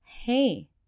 hey